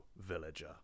villager